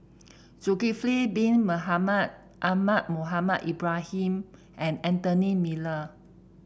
Zulkifli Bin Mohamed Ahmad Mohamed Ibrahim and Anthony Miller